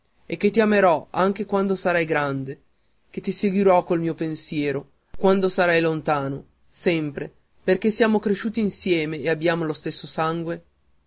e che ti amerò sempre quando sarai grande che ti seguirò col mio pensiero quando andrai lontano sempre perché siamo cresciuti insieme e abbiamo lo stesso sangue